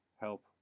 help